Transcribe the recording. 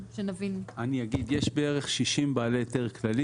יש בערך 60 בעלי היתר כללי.